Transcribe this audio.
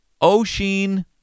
Oshin